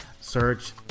search